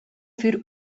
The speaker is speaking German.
für